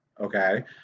Okay